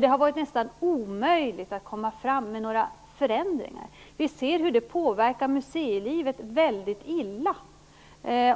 Det har varit nästan omöjligt att komma fram med några förändringar. Vi ser att det påverkar museilivet mycket illa,